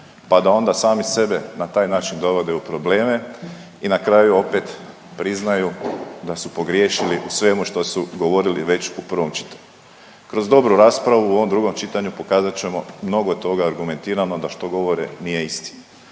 pa da onda sami sebe na taj način dovode u probleme i na kraju opet priznaju da su pogriješili u svemu što su govorili već u prvom čitanju. Kroz dobru raspravu u ovom drugom čitanju pokazat ćemo mnogo toga argumentirano da što govore nije istina.